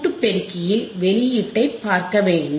கூட்டு பெருக்கியில் வெளியீட்டைப் பார்க்க வேண்டும்